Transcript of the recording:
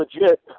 legit